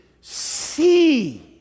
see